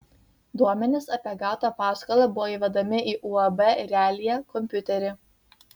duomenys apie gautą paskolą buvo įvedami į uab realija kompiuterį